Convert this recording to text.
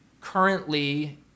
currently